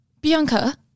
Bianca